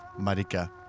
Marika